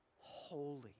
holy